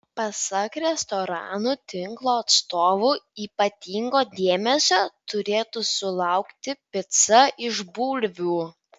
pasak restoranų tinklo atstovų ypatingo dėmesio turėtų sulaukti pica iš bulvių